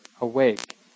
awake